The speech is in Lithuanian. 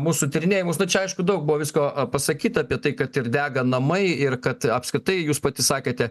mūsų tyrinėjimus na čia aišku daug buvo visko a pasakyta apie tai kad ir dega namai ir kad apskritai jūs pati sakėte